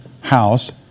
house